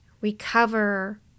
Recover